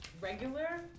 regular